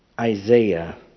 Isaiah